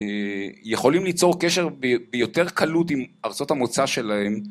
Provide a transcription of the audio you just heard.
יכולים ליצור קשר ביותר קלות עם ארצות המוצא שלהם